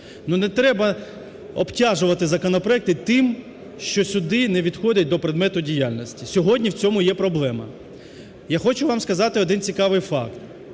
Не треба обтяжувати законопроекти тим, що сюди не відходить до предмету діяльності. Сьогодні в цьому є проблема. Я хочу вам сказати один цікавий факт,